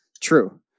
true